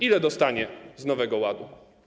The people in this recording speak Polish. Ile dostanie z Nowego Ładu?